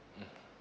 mmhmm